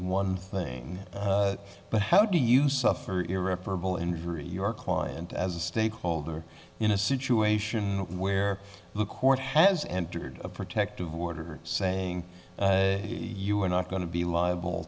one thing but how do you suffer irreparable injury your client as a stakeholder in a situation where the court has entered a protective order saying you are not going to be liable